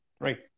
right